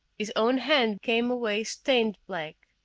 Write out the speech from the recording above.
his own hand came away stained black.